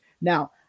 Now